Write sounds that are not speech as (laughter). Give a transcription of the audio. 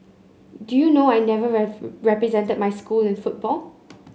do you know I never (unintelligible) represented my school in football